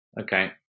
Okay